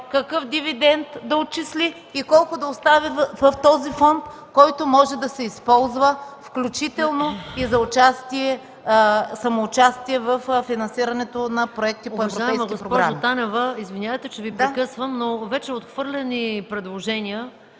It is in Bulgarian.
какъв дивидент да отчисли и колко да остави във фонда, който може да се използва, включително за самоучастие във финансирането на проекти по европейски програми.